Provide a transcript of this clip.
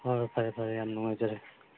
ꯍꯣꯏ ꯐꯔꯦ ꯐꯔꯦ ꯌꯥꯝ ꯅꯨꯡꯉꯥꯏꯖꯔꯦ